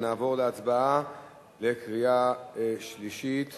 ונעבור להצבעה בקריאה שלישית,